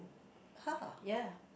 ya